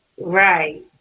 Right